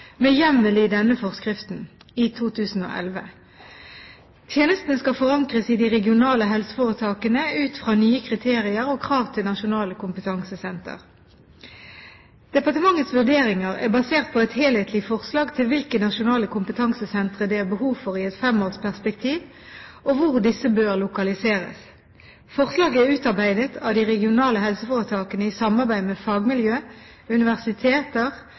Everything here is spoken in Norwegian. med hjemmel i denne forskriften i 2011. Tjenestene skal forankres i de regionale helseforetakene ut fra nye kriterier og krav til nasjonale kompetansesentre. Departementets vurderinger er basert på et helhetlig forslag til hvilke nasjonale kompetansesentre det er behov for i et femårsperspektiv, og hvor disse bør lokaliseres. Forslaget er utarbeidet av de regionale helseforetakene i samarbeid med fagmiljøer, universiteter,